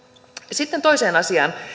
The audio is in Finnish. sitten toiseen asiaan